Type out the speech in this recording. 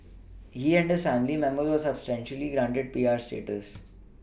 he and his family members were subsequently granted P R status